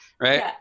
right